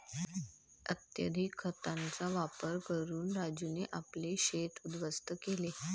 अत्यधिक खतांचा वापर करून राजूने आपले शेत उध्वस्त केले